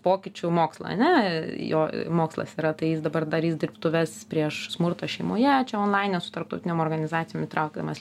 pokyčių mokslą ane jo mokslas yra tai jis dabar darys dirbtuves prieš smurtą šeimoje čia onlaine su tarptautinėm organizacijom įtraukdamas